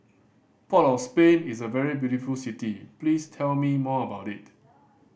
port of Spain is a very beautiful city please tell me more about it